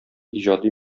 иҗади